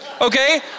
okay